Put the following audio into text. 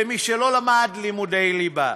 למי שלא למד לימודי ליבה